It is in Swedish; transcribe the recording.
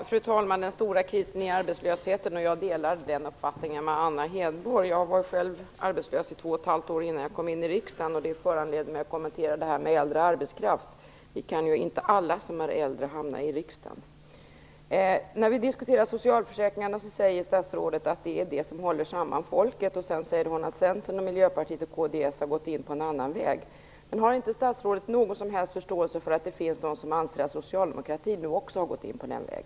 Fru talman! Jag delar Anna Hedborgs uppfattning att den stora krisen är arbetslösheten. Jag gick arbetslös två och ett halvt år innan jag kom in i riksdagen, och det föranleder mig att kommentera frågan om äldre arbetskraft. Alla vi som är äldre kan ju inte hamna i riksdagen. När vi diskuterar socialförsäkringarna säger statsrådet att det är de som håller samman folket. Hon säger också att Centern, Miljöpartiet och Kristdemokraterna har gått in på en annan väg. Har inte statsrådet någon som helst förståelse för att det finns personer som anser att också socialdemokratin nu har gått in på den vägen?